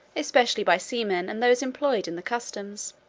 especially by seamen and those employed in the customs.